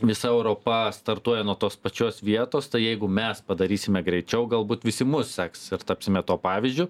visa europa startuoja nuo tos pačios vietos tai jeigu mes padarysime greičiau galbūt visi mus seks ir tapsime tuo pavyzdžiu